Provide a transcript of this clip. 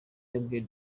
yabwiye